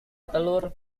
telur